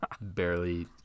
barely